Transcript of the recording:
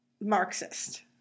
Marxist